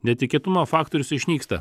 netikėtumo faktorius išnyksta